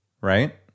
right